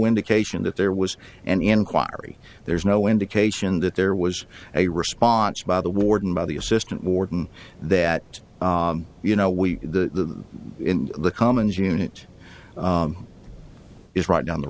indication that there was an inquiry there's no indication that there was a response by the warden by the assistant warden that you know we the in the commons unit is right down the